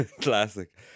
Classic